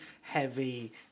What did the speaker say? heavy